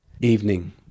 Evening